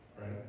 Right